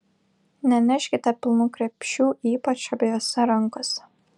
neneškite pilnų krepšių ypač abiejose rankose